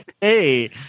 hey